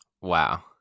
wow